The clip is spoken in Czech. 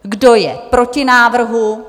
Kdo je proti návrhu?